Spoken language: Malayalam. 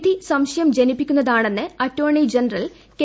വിധി സംശയം ജനിപ്പിക്കുന്നതാണെന്ന് അറ്റോർണി ജനറൽ കെ